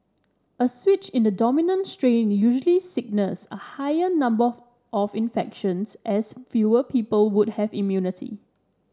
a switch in the dominant strain usually signals a higher number of of infections as fewer people would have immunity